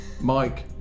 Mike